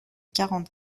quarante